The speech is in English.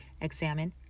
examine